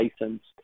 licensed